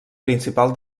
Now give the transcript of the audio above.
principal